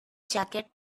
jacket